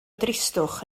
dristwch